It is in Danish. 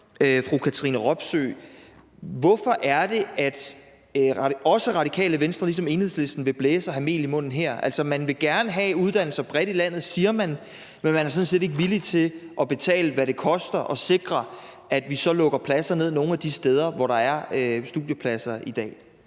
fru Katrine Robsøe: Hvorfor er det, at også Radikale Venstre ligesom Enhedslisten vil blæse og have mel i munden her? Altså, man vil gerne have uddannelser bredt i landet – siger man – men man er sådan set ikke villig til at betale, hvad det koster at sikre, at vi så lukker pladser ned nogle af de steder, hvor der er studiepladser i dag.